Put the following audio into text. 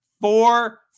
four